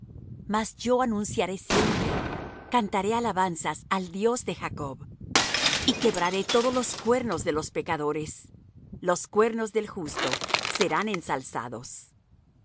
mas yo anunciaré siempre cantaré alabanzas al dios de jacob y quebraré todos los cuernos de los pecadores los cuernos del justo serán ensalzados al